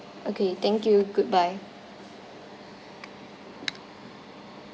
okay thank you goodbye